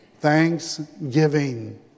thanksgiving